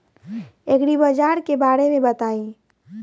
एग्रीबाजार के बारे में बताई?